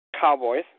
Cowboys